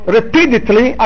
repeatedly